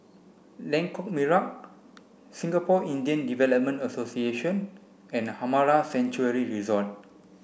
Lengkok Merak Singapore Indian Development Association and Amara Sanctuary Resort